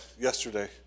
yesterday